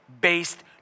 based